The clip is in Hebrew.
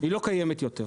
היא לא קיימת יותר.